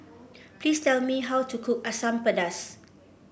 please tell me how to cook Asam Pedas